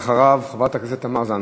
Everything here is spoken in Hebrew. אחריו, חברת הכנסת תמר זנדברג.